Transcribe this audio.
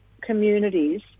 communities